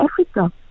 Africa